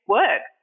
work